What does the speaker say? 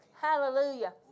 Hallelujah